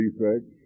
defects